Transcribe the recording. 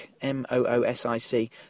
M-O-O-S-I-C